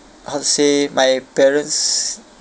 how to say my parents